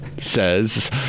says